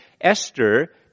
Esther